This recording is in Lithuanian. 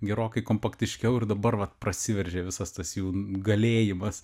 gerokai kompaktiškiau ir dabar vat prasiveržė visas tas jų galėjimas